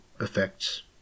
effects